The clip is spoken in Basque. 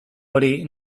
hori